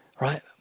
right